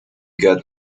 got